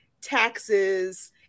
taxes